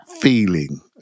feeling